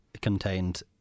contained